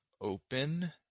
open